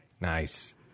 Nice